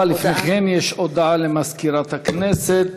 הודעה לסגן מזכירת הכנסת.